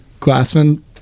Glassman